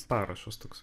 parašas toksai